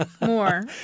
more